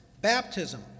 baptism